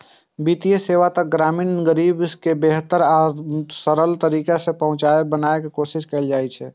वित्तीय सेवा तक ग्रामीण गरीब के बेहतर आ सरल तरीका सं पहुंच बनाबै के कोशिश कैल जाइ छै